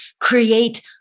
create